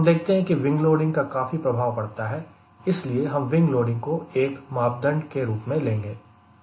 हम देखते हैं कि विंग लोडिंग का काफी प्रभाव पड़ता है इसलिए हम विंग लोडिंग को एक मापदंड के रूप में लेंगे